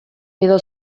edo